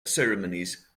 ceremonies